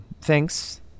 thanks